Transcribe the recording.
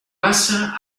passa